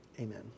amen